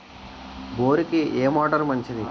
బోరుకి ఏ మోటారు మంచిది?